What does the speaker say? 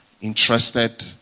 interested